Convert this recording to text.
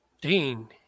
Dean